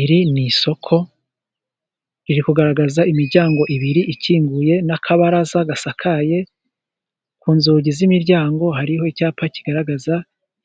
Iri ni isoko riri kugaragaza imiryango ibiri ikinguye n'akabaraza gasakaye. Ku nzugi z'imiryango hariho icyapa kigaragaza